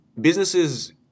businesses